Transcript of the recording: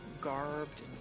garbed